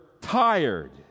tired